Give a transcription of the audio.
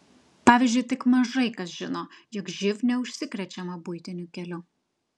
pavyzdžiui tik mažai kas žino jog živ neužsikrečiama buitiniu keliu